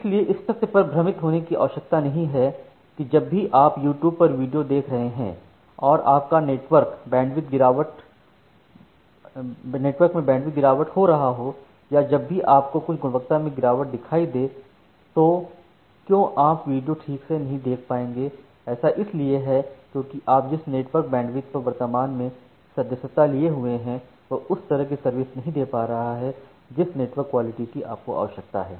इसलिए इस तथ्य पर भ्रमित होने की आवश्यकता नहीं है कि जब भी आप यूट्यूब पर वीडियो देख रहे हैं और आपका नेटवर्क बैंडविड्थ गिरावट हो रहा हो या जब भी आपको कुछ गुणवत्ता में गिरावट दिखाई दे तो क्यों आप वीडियो ठीक से नहीं देख पाएंगे ऐसा इसलिए है क्योंकि आप जिस नेटवर्क बैंडविड्थ पर वर्तमान में सदस्यता लिए हुए हैं वह उस तरह का सर्विस नहीं दे पा रहा है जिस नेटवर्क क्वालिटी की आपको आवश्यकता है